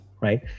right